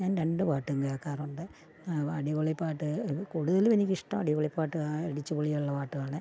ഞാൻ രണ്ടു പാട്ടും കേൾക്കാറുണ്ട് അടിപൊളിപ്പാട്ട് കൂടുതലുമെനിക്കിഷ്ടം അടിപൊളിപ്പാട്ട് അടിച്ചു പൊളി ഉള്ള പാട്ടാണ്